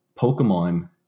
pokemon